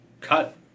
cut